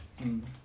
um